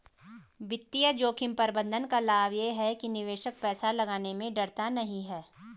वित्तीय जोखिम प्रबंधन का लाभ ये है कि निवेशक पैसा लगाने में डरता नहीं है